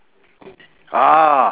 ah